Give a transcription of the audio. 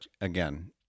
again